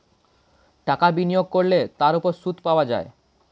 টাকা বিনিয়োগ করলে তার উপর সুদ পাওয়া যায়